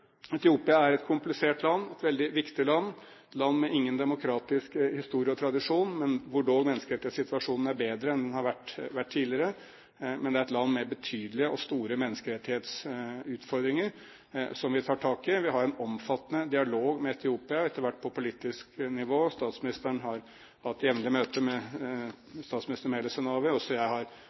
Etiopia er et komplisert land. Det er et veldig viktig land, et land med ingen demokratisk historie og tradisjon – hvor dog menneskerettighetssituasjonen er bedre enn den har vært tidligere – men det er et land med betydelige og store menneskerettighetsutfordringer som vi må ta tak i. Vi har en omfattende dialog med Etiopia, etter hvert på politisk nivå. Statsministeren har hatt jevnlige møter med statsminister Meles Zenawi, og også jeg